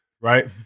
Right